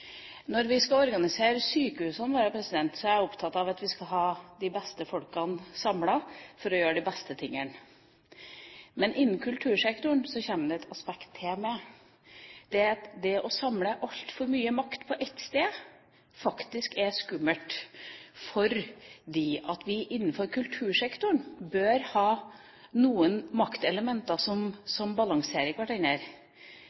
Når vi skal organisere sykehusene våre, er jeg opptatt av at vi skal ha de beste folkene samlet for å gjøre de beste tingene. Innenfor kultursektoren kommer det et aspekt til med, og det er at det å samle altfor mye makt på ett sted faktisk er skummelt fordi vi innenfor kultursektoren bør ha noen maktelementer som